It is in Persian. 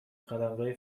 قلمرو